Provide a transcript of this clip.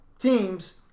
teams